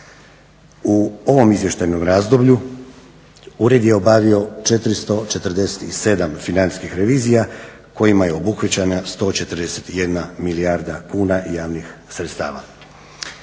U ovom izvještajnom razdoblju ured je obavio 447 financijskih revizija kojima je obuhvaćena 141 milijarda kuna javnih sredstava,